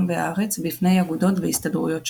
והארץ" בפני אגודות והסתדרויות שונות.